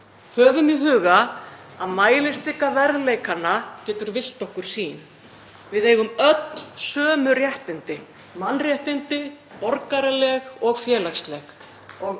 Höfum í huga að mælistika verðleikanna getur villt okkur sýn. Öll eigum við sömu réttindi; mannréttindi, borgaraleg og félagsleg